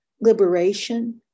liberation